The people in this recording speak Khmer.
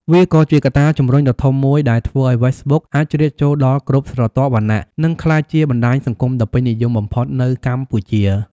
វាក៏ជាកត្តាជំរុញដ៏ធំមួយដែលធ្វើឱ្យហ្វេសប៊ុកអាចជ្រៀតចូលដល់គ្រប់ស្រទាប់វណ្ណៈ និងក្លាយជាបណ្តាញសង្គមដ៏ពេញនិយមបំផុតនៅកម្ពុជា។